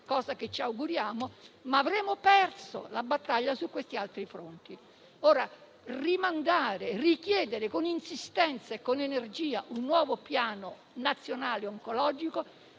cosa che ci auguriamo, ma avremo perso la battaglia su questi altri fronti. Richiedere con insistenza e con energia un nuovo Piano oncologico